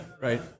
Right